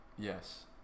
Yes